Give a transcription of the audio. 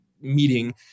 meeting